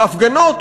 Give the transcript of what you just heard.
בהפגנות.